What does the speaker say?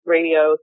Radio